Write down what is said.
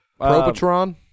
Probotron